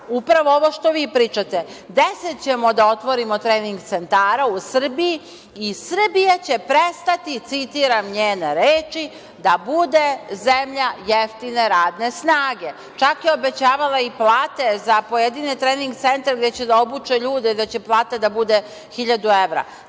upravo ono što vi pričate - deset ćemo da otvorimo trening centara u Srbiji i Srbija će prestati, citiram njene reči, da bude zemlja jeftine radne snage. Čak je obećavala i plate za pojedine trening centre gde će da obuće ljude, da će plata da bude 1.000 evra.